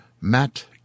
Matt